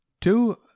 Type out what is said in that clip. Two